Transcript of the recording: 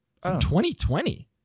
2020